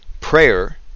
prayer